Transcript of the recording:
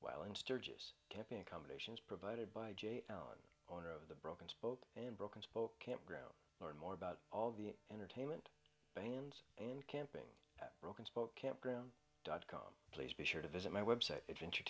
well in sturgis camping accommodations provided by j ohn owner of the broken spoke and broken spoke campground learn more about all the entertainment bands and camping broken spoke campground dot com please be sure to visit my website adventure